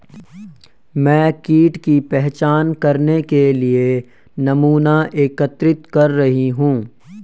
मैं कीट की पहचान करने के लिए नमूना एकत्रित कर रही हूँ